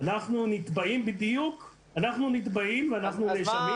אנחנו נתבעים ואנחנו נאשמים.